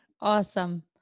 Awesome